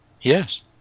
Yes